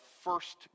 first